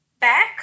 back